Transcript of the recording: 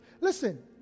Listen